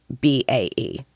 B-A-E